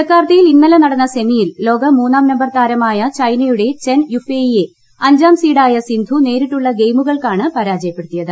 ജക്കാർത്തയിൽ ഇന്നല്ലെ നിട്ടുക്ക് സെമിയിൽ ലോക മൂന്നാം നമ്പർ താരമായ ചൈനയുട്ട് പ്ലെ്ട്പ്ൻ യുഫെയിയെ അഞ്ചാം സീഡായ സിന്ധു നേരിട്ടുള്ള ഗെയിമുകൾക്കാണ് പരാജയപ്പെടുത്തിയത്